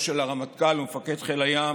ומאחורי גבו של הרמטכ"ל ומפקד חיל הים,